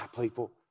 people